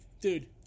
dude